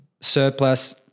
surplus